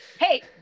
Hey